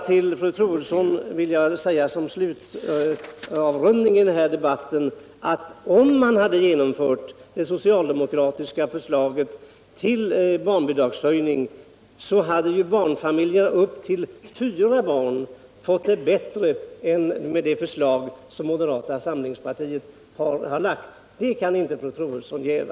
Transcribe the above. Till fru Troedsson vill jag som avrundning på den här debatten säga att om man hade genomfört det socialdemokratiska förslaget till barnbidragshöjning hade ju barnfamiljerna upp till fyra barn fått det bättre än med det förslag som moderata samlingspartiet har lagt. Det kan inte fru Troedsson jäva.